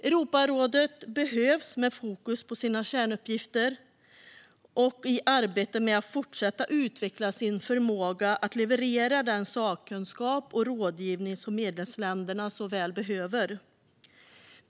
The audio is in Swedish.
Europarådet behövs med fokus på sina kärnuppgifter och på att fortsätta utveckla sin förmåga att leverera den sakkunskap och rådgivning som medlemsländerna så väl behöver.